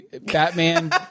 batman